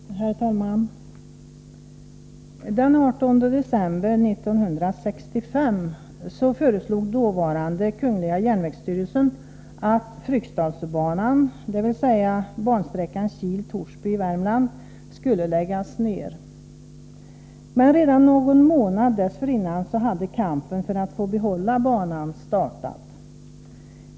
Herr talman! Den 18 december 1965 föreslog dåvarande Kungl. järnvägsstyrelsen att Fryksdalsbanan, dvs. bansträckan Kil-Torsby i Värmland, skulle läggas ner. Men redan någon månad dessförinnan hade kampen för att få behålla banan startat.